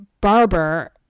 barber